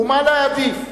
ומה להעדיף,